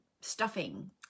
stuffing